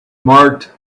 marked